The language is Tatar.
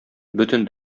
бөтен